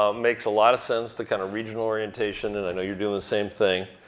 um makes a lot of sense the kind of regional orientation, and i know you're doing the same thing.